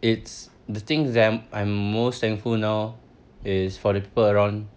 it's the things that I'm most thankful now is for the people around